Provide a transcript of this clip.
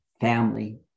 family